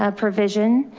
ah provision.